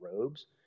robes